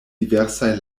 diversaj